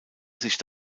sich